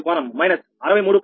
065 కోణం మైనస్ 63